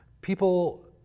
people